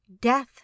death